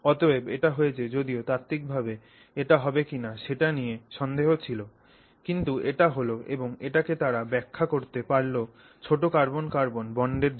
অতএব এটা হয়েছে যদিও তাত্ত্বিকভাবে এটা হবে কিনা সেটা নিয়ে সন্দেহ ছিল কিন্তু এটা হল এবং এটাকে তারা ব্যাখ্যা করতে পারলো ছোট কার্বন কার্বন বন্ডের জন্য